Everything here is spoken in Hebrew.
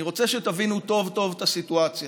אני רוצה שתבינו טוב טוב את הסיטואציה.